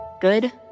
good